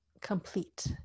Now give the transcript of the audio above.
complete